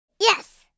Yes